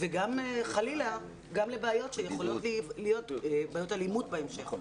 וגם חלילה לבעיות אלימות בהמשך.